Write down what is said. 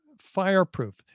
fireproof